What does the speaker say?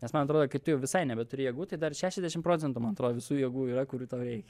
nes man atrodo kai tu jau visai nebeturi jėgų tai dar šešiasdešim procentų man atrodo visų jėgų yra kurių tau reikia